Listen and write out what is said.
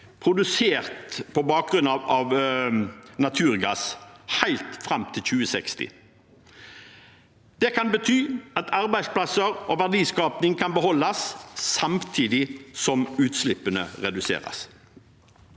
produsert av naturgass, helt fram til 2060. Det kan bety at arbeidsplasser og verdiskaping kan beholdes, samtidig som utslippene reduseres.